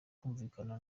kumvikana